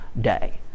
day